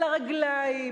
על הרגליים,